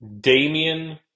Damian